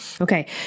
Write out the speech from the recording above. Okay